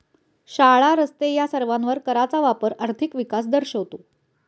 शाळा, रस्ते या सर्वांवर कराचा वापर आर्थिक विकास दर्शवतो